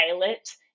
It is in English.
pilot